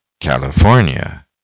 California